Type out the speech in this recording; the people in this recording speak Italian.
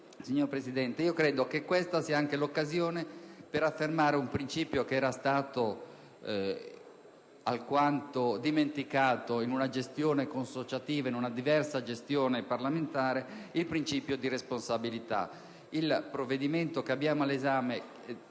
signor Presidente, credo che questa sia anche l'occasione per affermare un principio che era stato alquanto dimenticato in una gestione consociativa, in una diversa gestione parlamentare, cioè il principio di responsabilità.